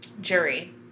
jury